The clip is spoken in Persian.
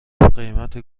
قیمت